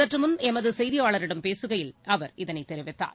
சற்றுமுன் எமதுசெய்தியாளரிடம் பேசுகையில் அவர் இதனைத் தெரிவித்தார்